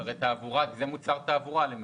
זה מוצר תעבורה למעשה.